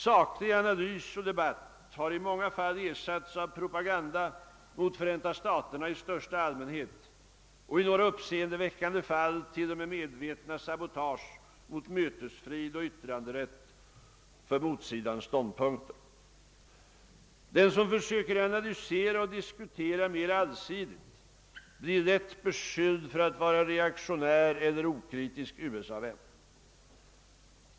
Saklig analys och debatt har i många fall ersatts av propaganda mot Förenta staterna i största allmänhet och i några uppseendeväckande fall t.o.m. av medvetna sabotage mot mötesfrid och yttranderätt för motsidan. Den som försöker analysera och diskutera mera allsidigt blir lätt beskylld för att vara reaktionär eller okritisk USA-vän.